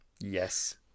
Yes